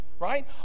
Right